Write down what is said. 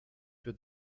für